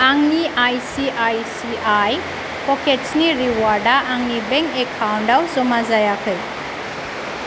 आंनि आइसिआइसिआइ पकेट्सनि रिवार्डआ आंनि बेंक एकाउन्टआव जमा जायाखै